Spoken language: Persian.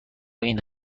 این